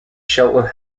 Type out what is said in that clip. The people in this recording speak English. sheltered